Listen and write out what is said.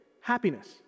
happiness